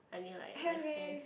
I mean like my friends